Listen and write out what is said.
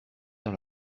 dans